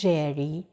Jerry